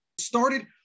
Started